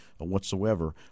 whatsoever